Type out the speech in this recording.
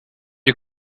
you